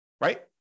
right